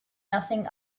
nothing